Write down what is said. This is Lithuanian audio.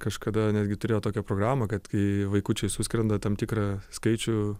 kažkada netgi turėjo tokią programą kad kai vaikučiai suskrenda tam tikrą skaičių